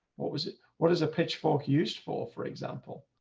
what was it, what is a pitchfork used for, for example,